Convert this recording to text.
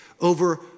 over